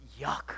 yuck